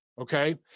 Okay